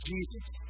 Jesus